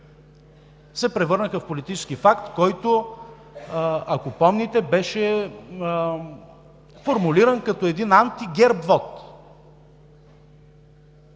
се превърнаха в политически факт, който, ако помните, беше формулиран като един анти-ГЕРБ вот.